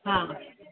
हा